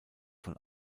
von